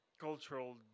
cultural